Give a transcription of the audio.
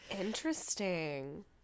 Interesting